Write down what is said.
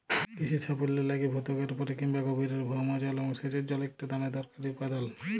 কিসির সাফল্যের লাইগে ভূত্বকের উপরে কিংবা গভীরের ভওম জল এবং সেঁচের জল ইকট দমে দরকারি উপাদাল